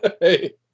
Hey